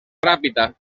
ràpita